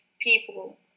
people